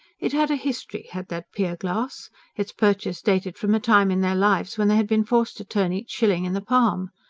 it had a history had that pier glass its purchase dated from a time in their lives when they had been forced to turn each shilling in the palm.